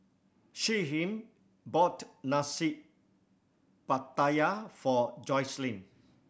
Shyheim bought Nasi Pattaya for Jocelynn